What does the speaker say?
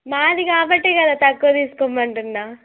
నాది కాబట్టి కదా తక్కువ తీసుకోమంటున్నాను